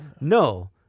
No